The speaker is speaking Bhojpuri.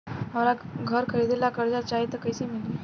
हमरा घर खरीदे ला कर्जा चाही त कैसे मिली?